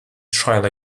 trial